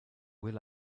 will